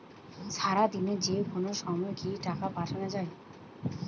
সারাদিনে যেকোনো সময় কি টাকা পাঠানো য়ায়?